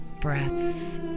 breaths